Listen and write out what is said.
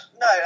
no